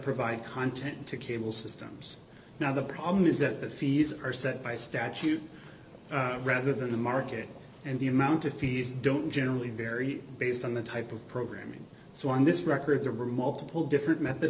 provide content to cable systems now the problem is that the fees are set by statute rather than the market and the amount of fees don't generally very based on the type of programming so on this record there were multiple different method